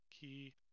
key